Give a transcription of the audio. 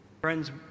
friends